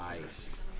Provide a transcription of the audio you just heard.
Nice